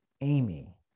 Amy